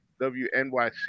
WNYC